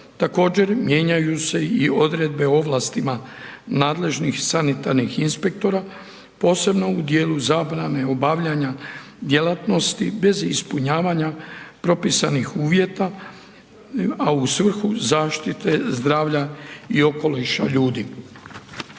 Također mijenjaju se i odredbe o ovlastima nadležnih sanitarnih inspektora, posebno u dijelu zabrane obavljanja djelatnosti bez ispunjavanja propisanih uvjeta, a u svrhu zaštite zdravlja i okoliša ljudi.